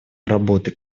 работы